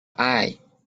eye